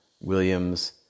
Williams